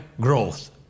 growth